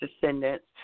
descendants